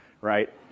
right